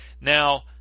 now